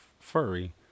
furry